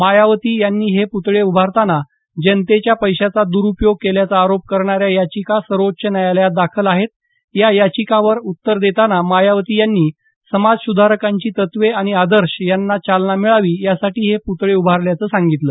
मायावती यांनी हे पुतळे उभारताना जनतेच्या पैशाचा दुरुपयोग केल्याचा आरोप करणाऱ्या याचिका सर्वोच्च न्यायालयात दाखल आहेत या याचिकांवर उत्तर देताना मायावती यांनी समाज सुधारकांची तत्वे आणि आदर्श यांना चालना मिळावी यासाठी हे प्रतळे उभारल्याचं सांगितलं